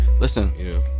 listen